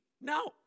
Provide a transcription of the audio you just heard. No